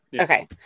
Okay